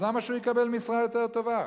אז למה שהוא יקבל משרה יותר טובה?